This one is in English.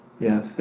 Yes